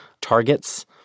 targets